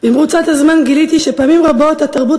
במרוצת הזמן גיליתי שפעמים רבות התרבות